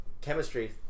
chemistry